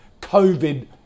COVID